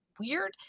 weird